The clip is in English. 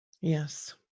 Yes